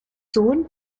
sohn